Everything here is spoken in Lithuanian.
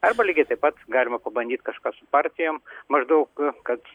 arba lygiai taip pat galima pabandyti kažką su partijom maždaug kad